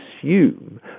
assume